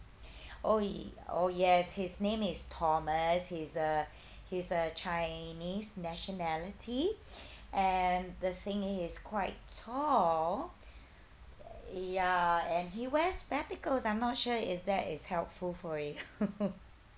oh he oh yes his name is thomas he's a he's a chinese nationality and the thing is he's quite tall ya and he wears spectacles I'm not sure is that is helpful for you